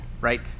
right